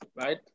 Right